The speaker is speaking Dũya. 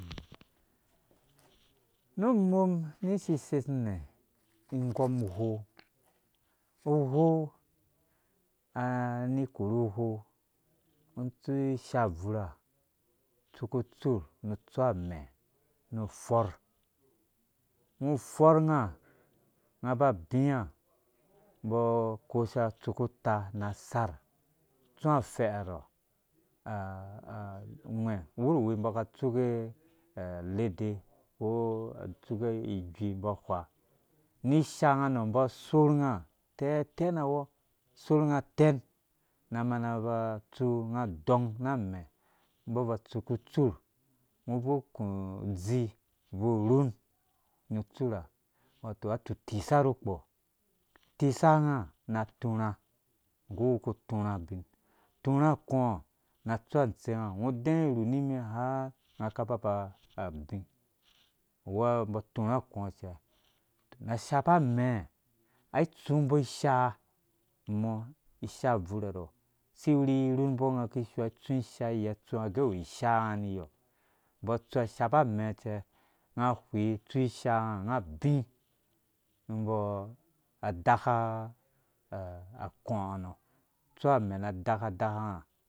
Nu umum ni isisesu nɛ ingɔm uwou uwou ani ikoru uwou utsũ ishaa buurha utsuku utsurh nu utsu ame nu uforh ungo uforh ungo unga aba abia umbɔ akosha atsuku uta na asar tsũ afɛɛrɔ a-a ngwɛ uwurwi umbɔ aka atsu ke alede ko atsuke ijuii umbɔ ahwa nu. ishanga nɛ umbɔ asorh unga tɛɛtɛnawɔ sorh unga tɛn. na mana aba atsu unga adɔng na maɛ umbɔ aba atsuku utsurh ungo ubvui ukũ udzii ubvui urhun nu utsurha wato atutise nukpɔ tisaunga na atúrã akɔ̃ɔ̃ na atsu antsenga ungo udɛɛ irhum nimi har ung aka aba aba abi umbɔ atura akɔɔ cɛ na shapa amɛ̃ ai itsumbɔ isha mbɔ isha bvurha. rɔ si iwuri irhumbɔ unga kishoo atsu ishaaye atsu agɛ awu ishaanga niyɔ umbɔ atsu a shapa amɛɛ cɛ unga ahwii tsu ishaanga unga abi nu umbɔ adaka akɔɔ nɔ tsu amɛ na adaka daka unga